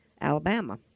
Alabama